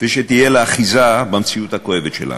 ותהיה לה אחיזה במציאות הכואבת שלנו.